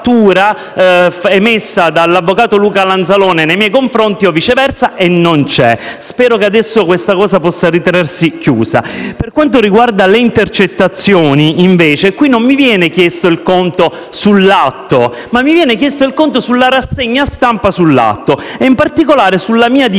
emessa dall'avvocato Luca Lanzalone nei miei confronti o viceversa, e non c'è. Spero che adesso questa faccenda possa ritenersi chiusa. Per quanto riguarda le intercettazioni, invece, non mi viene chiesto conto dell'atto, ma della rassegna stampa sull'atto e, in particolare, della mia seguente dichiarazione: